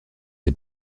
ses